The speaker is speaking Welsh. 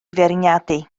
feirniadu